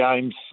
games